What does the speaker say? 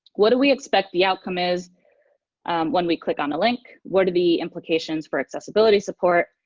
what do we expect the outcome is when we click on the link? what are the implications for accessibility support,